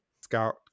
scout